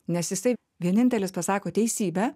nes jisai vienintelis pasako teisybę